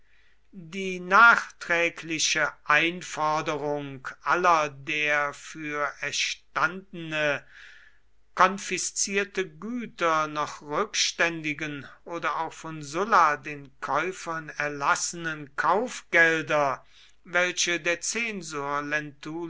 die nachträgliche einforderung aller der für erstandene konfiszierte güter noch rückständigen oder auch von sulla den käufern erlassenen kaufgelder welche der zensor